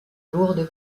lourdes